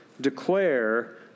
declare